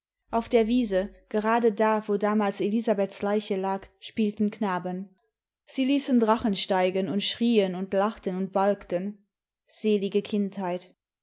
auf der wiese gerade da wo damals elisabeths leiche lag spielten knaben sie ließen drachen steigen und schrien imd lachten vmd balgten selige kindheit